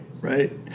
right